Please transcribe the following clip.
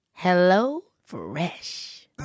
HelloFresh